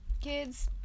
kids